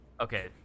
Okay